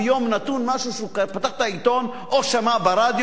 נתון משהו שהוא פתח את העיתון או שמע ברדיו,